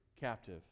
captive